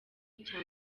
icya